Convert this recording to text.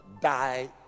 die